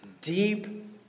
deep